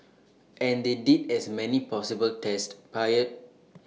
and they did as many possible tests prior